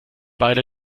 beide